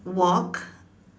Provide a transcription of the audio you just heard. walk